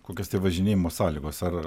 kokios tai važinėjimo sąlygos ar